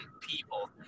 people